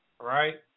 right